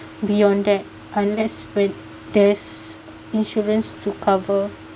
beyond that unless with this insurance to cover